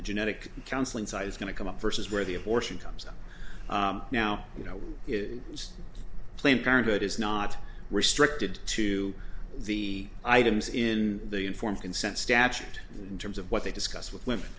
the genetic counseling side is going to come up versus where the abortion comes now you know it was planned parenthood is not restricted to the items in the informed consent statute in terms of what they discuss with women